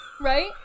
right